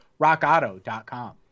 rockauto.com